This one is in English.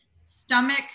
stomach